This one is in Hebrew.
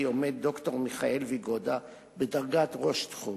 עומד ד"ר מיכאל ויגודה בדרגת ראש תחום,